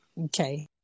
Okay